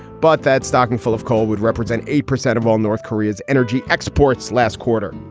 but that stocking full of coal would represent eight percent of all north korea's energy exports last quarter.